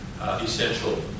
essential